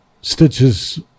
stitches